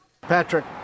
Patrick